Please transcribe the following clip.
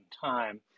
time